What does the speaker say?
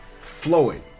Floyd